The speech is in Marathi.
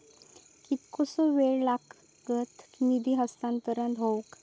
कितकोसो वेळ लागत निधी हस्तांतरण हौक?